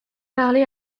parlé